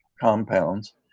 compounds